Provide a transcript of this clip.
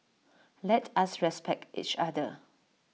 let us respect each other